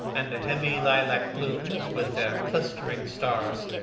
and the heavy lilac-blooms, with their clustering stars,